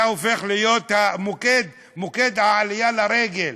אתה הופך להיות מוקד העלייה לרגל.